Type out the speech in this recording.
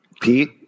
pete